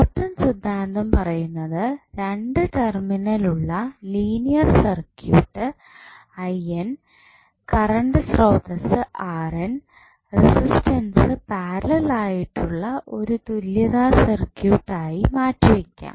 Norton സിദ്ധാന്തം പറയുന്നത് 2 terminal ഉള്ള ലീനിയർ സർക്യൂട്ട് കറണ്ട് സ്രോതസ്സ് റെസിസ്റ്റൻസ് പാരലൽ ആയിട്ടുള്ള ഒരു തുല്യതാ സർക്യൂട്ട് ആയി മാറ്റിവയ്ക്കാം